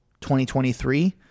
2023